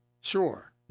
Sure